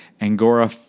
Angora